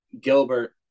Gilbert